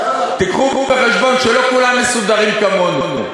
תביאו בחשבון שלא כולם מסודרים כמונו.